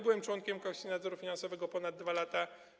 Byłem członkiem Komisji Nadzoru Finansowego ponad 2 lata.